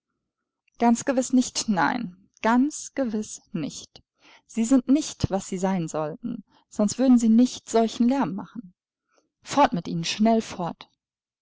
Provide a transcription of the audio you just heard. ganz gewiß nicht nein ganz gewiß nicht sie sind nicht was sie sein sollten sonst würden sie nicht solchen lärm machen fort mit ihnen schnell fort